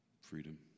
Freedom